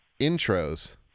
intros